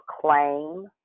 claim